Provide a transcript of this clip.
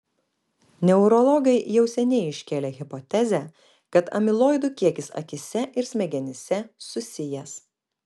neurologai jau seniai iškėlė hipotezę kad amiloidų kiekis akyse ir smegenyse susijęs